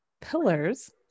pillars